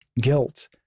guilt